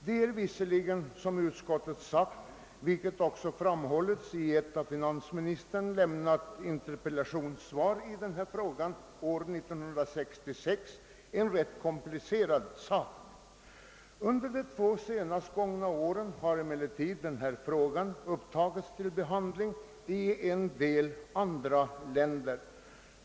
Det är visserligen, såsom utskottet uttalat och såsom även framhållits i ett av finansministern lämnat interpellationssvar i denna fråga år 1966, en rätt komplicerad sak. Under de två senaste åren har emellertid denna fråga upptagits till behandling i en del andra länder.